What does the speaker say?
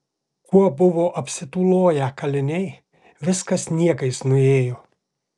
kuo buvo apsitūloję kaliniai viskas niekais nuėjo